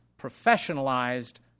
professionalized